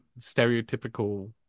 stereotypical